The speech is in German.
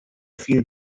viel